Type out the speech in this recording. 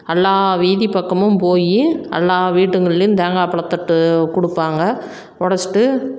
எல்லா வீதி பக்கமும் போய் எல்லா வீட்டுங்கள்லையும் தேங்காய் பழத்தட்டு கொடுப்பாங்க உடச்சிட்டு